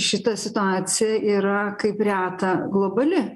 šita situacija yra kaip reta globali